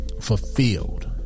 fulfilled